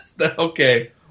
Okay